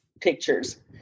pictures